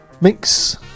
mix